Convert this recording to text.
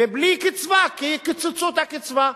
ובלי קצבה כי קיצצו את הקצבה.